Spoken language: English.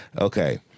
Okay